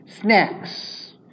snacks